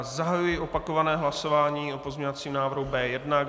Zahajuji opakované hlasování o pozměňovacím návrhu B1.